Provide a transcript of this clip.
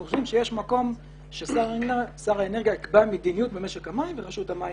אנחנו חושבים שיש מקום ששר האנרגיה יקבע מדיניות במשק המים ורשות המים